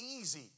easy